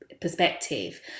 perspective